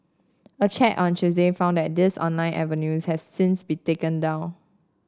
a check on Tuesday found that these online avenues have since been taken down